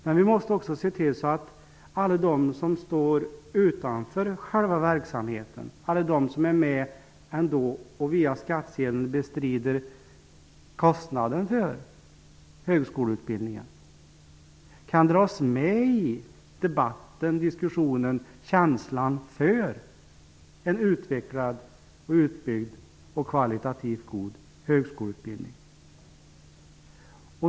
Men vi måste också se till att alla de som står utanför själva verksamheten, alla de som är med och via skattsedeln bestrider kostnaden för högskoleutbildningen, kan dras med i debatten, i diskussionen, i känslan för en utvecklad, utbyggd och kvalitativt god högskoleutbildning.